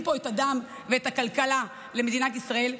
פה את הדם ואת הכלכלה במדינת ישראל.